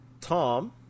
Tom